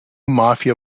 mafia